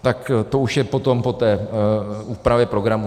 Tak to už je potom po té úpravě programu.